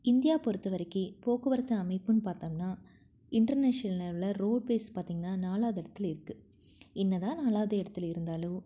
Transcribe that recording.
India பொறுத்தவரைக்கு போக்குவரத்து அமைப்புன்னு பார்த்தோம்னா இண்டர்நேஷ்னல் லெவலில் ரோட் பேஸ் பார்த்தீங்கன்னா நாலாவது இடத்துல இருக்குது என்ன தான் நாலாவது இடத்துல இருந்தாலும்